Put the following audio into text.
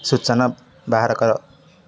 ସୂଚନା ବାହାର କର